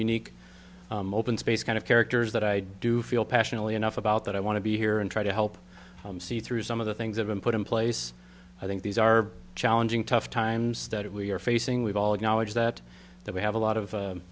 unique open space kind of characters that i do feel passionately enough about that i want to be here and try to help them see through some of the things have been put in place i think these are challenging tough times that we're facing we've all acknowledge that that we have a lot of